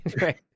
right